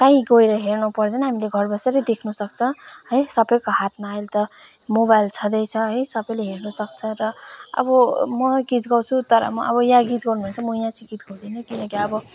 काहीँ गएर हेर्नु पर्दैन हामीले घर बसेर नै देख्नु सक्छ है सबैको हातमा अहिले त मोबाइल छँदैछ है सबैले हेर्नु सक्छ र अब म गीत गाउँछु तर म यहाँ गीत गाउँनु भने चाहिँ म यहाँ चाहिँ गीत गाउँदिनँ किनकि अब